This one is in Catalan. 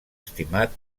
estimat